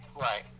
Right